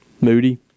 Moody